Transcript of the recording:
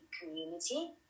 community